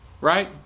right